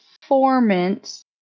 Performance